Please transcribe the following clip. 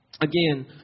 Again